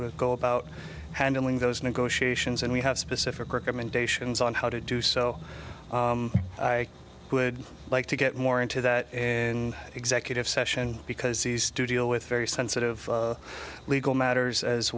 to go about handling those negotiations and we have specific recommendations on how to do so i would like to get more into that in executive session because the studio with very sensitive legal matters as